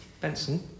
Benson